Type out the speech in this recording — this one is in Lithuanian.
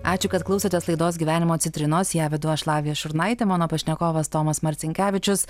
ačiū kad klausotės laidos gyvenimo citrinos ją vedu aš lavija šurnaitė mano pašnekovas tomas marcinkevičius